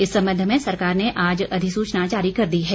इस संबंध में सरकार ने आज अधिसूचना जारी कर दी है